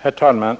Herr talman!